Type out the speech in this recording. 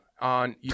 on